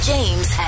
James